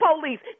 Police